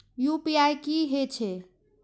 UPI की हेछे?